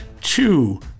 Two